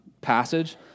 passage